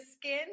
skin